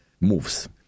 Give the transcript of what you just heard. moves